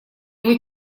вот